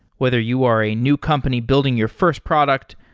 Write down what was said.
whether you are a new company building your first product,